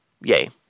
Yay